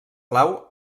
clau